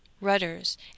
rudders